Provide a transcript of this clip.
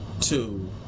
two